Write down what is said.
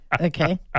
Okay